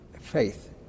faith